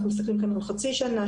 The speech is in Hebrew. אנחנו מסתכלים פה על חצי שנה,